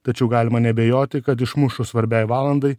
tačiau galima neabejoti kad išmušus svarbiai valandai